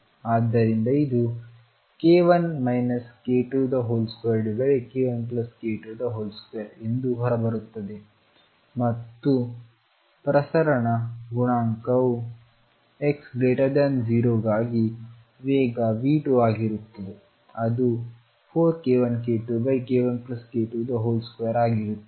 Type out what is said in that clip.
ಆದ್ದರಿಂದ ಇದು k1 k22 k1k22 ಎಂದು ಹೊರಬರುತ್ತದೆ ಮತ್ತು ಪ್ರಸರಣ ಗುಣಾಂಕವು x 0 ಗಾಗಿ ವೇಗ v2 ಆಗಿರುತ್ತದೆ ಅದು 4k1k2 k1k22 ಆಗುತ್ತದೆ